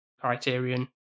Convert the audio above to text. Criterion